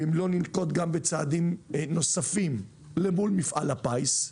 ואם לא, ננקוט גם בצעדים נוספים מול מפעל הפיס.